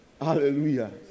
Hallelujah